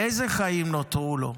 איזה חיים נותרו לו?